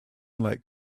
like